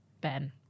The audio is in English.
Ben